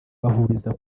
bahuriza